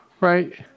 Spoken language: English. right